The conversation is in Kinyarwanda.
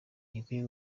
ntikwiye